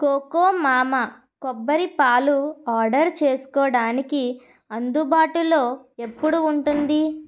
Cocomama కొబ్బరి పాలు order చేసుకోడానికి అందుబాటులో ఎప్పుడు ఉంటుంది